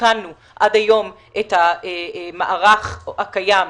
שעדכנו עד היום את המערך הקיים,